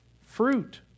fruit